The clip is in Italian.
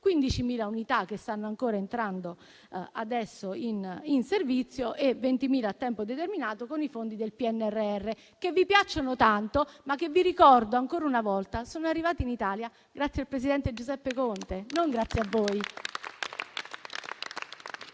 15.000 unità, che stanno entrando ancora adesso in servizio, e 20.000 a tempo determinato con i fondi del PNNR, che vi piacciono tanto, ma che vi ricordo ancora una volta sono arrivati in Italia grazie al presidente Giuseppe Conte, non grazie a voi.